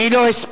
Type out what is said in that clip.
מי לא הספיק?